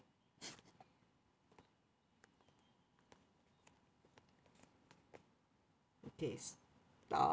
okay stop